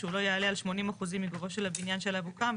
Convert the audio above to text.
שהוא לא יעלה על 80% מגובהו של הבניין שעליו הוקם.